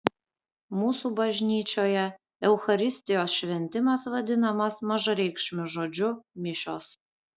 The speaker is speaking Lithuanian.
mūsų bažnyčioje eucharistijos šventimas vadinamas mažareikšmiu žodžiu mišios